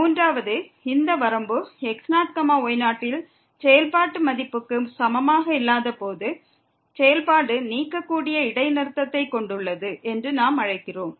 மூன்றாவது இந்த வரம்பு x0y0 இல் செயல்பாட்டு மதிப்புக்கு சமமாக இல்லாதபோது செயல்பாடு நீக்கக்கூடிய இடைநிறுத்தத்தைக் கொண்டுள்ளது என்று நாம் அழைக்கிறோம்